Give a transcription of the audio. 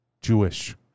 Jewish